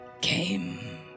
came